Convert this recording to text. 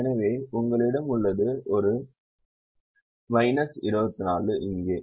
எனவே உங்களிடம் உள்ளது ஒரு 24 இங்கே